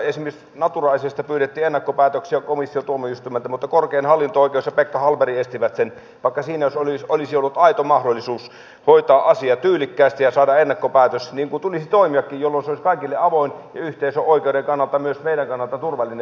esimerkiksi natura asiasta pyydettiin ennakkopäätöksiä komission tuomioistuimelta mutta korkein hallinto oikeus ja pekka hallberg estivät sen vaikka siinä olisi ollut aito mahdollisuus hoitaa asia tyylikkäästi ja saada ennakkopäätös niin kuin tulisi toimiakin jolloin se olisi kaikille avoin ja yhteisöoikeuden kannalta myös meidän kannaltamme turvallinen vaihtoehto